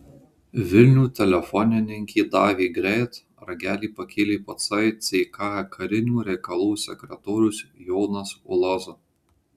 vilnių telefonininkė davė greit ragelį pakėlė patsai ck karinių reikalų sekretorius jonas uloza